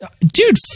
dude